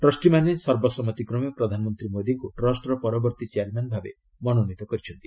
ଟ୍ରଷ୍ଟିମାନେ ସର୍ବସମ୍ମତିକ୍ରମେ ପ୍ରଧାନମନ୍ତ୍ରୀ ମୋଦିଙ୍କୁ ଟ୍ରଷ୍ଟର ପରବର୍ତ୍ତୀ ଚେୟାରମ୍ୟାନ୍ ଭାବେ ମନୋନୀତ କରିଛନ୍ତି